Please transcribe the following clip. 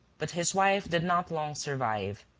but his wife did not long survive.